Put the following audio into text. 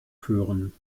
führen